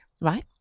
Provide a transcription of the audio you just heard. Right